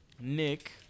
Nick